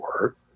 work